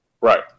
right